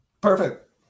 Perfect